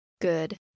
Good